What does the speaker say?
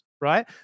right